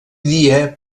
dia